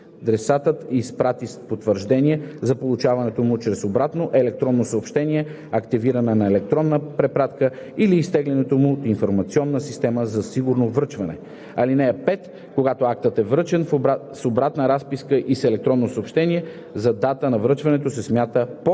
адресатът изпрати потвърждение за получаването му чрез обратно електронно съобщение, активиране на електронна препратка или изтеглянето му от информационна система за сигурно връчване. (5) Когато актът е връчен с обратна разписка и с електронно съобщение, за дата на връчването се смята по-късната